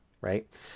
right